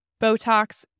Botox